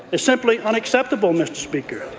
it's simply unacceptable, mr. speaker.